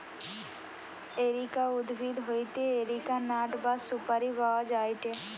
areca উদ্ভিদ হইতে areca nut বা সুপারি পাওয়া যায়টে